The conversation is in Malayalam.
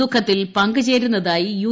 ദുഖത്തിൽ പങ്കുചേരുന്നതായി യു